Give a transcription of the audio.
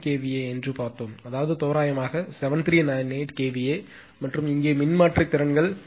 9 kVA என்று பார்த்தோம் அதாவது தோராயமாக 7398 kVA மற்றும் இங்கே மின்மாற்றி திறன்கள் 7200 kVA